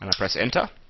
um press enter,